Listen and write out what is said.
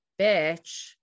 bitch